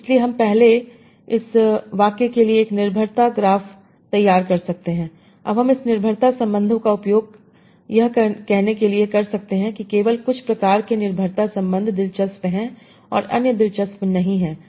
इसलिए हम पहले इस वाक्य के लिए एक निर्भरता ग्राफ तैयार कर सकते हैं अब हम इस निर्भरता संबंधों का उपयोग यह कहने के लिए कर सकते हैं कि केवल कुछ प्रकार के निर्भरता संबंध दिलचस्प हैं और अन्य दिलचस्प नहीं हैं